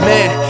Man